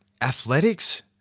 athletics